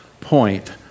point